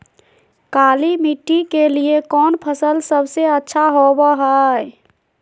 काली मिट्टी के लिए कौन फसल सब से अच्छा होबो हाय?